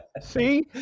See